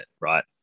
right